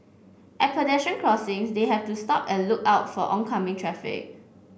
at pedestrian crossings they have to stop and look out for oncoming traffic